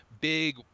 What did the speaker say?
big